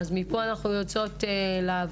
אז מפה אנחנו יוצאות לעבודה.